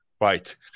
Right